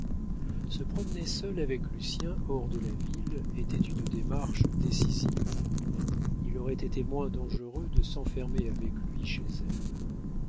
se promener seul avec lucien hors de la ville était une démarche décisive il aurait été moins dangereux de s'enfermer avec lui chez elle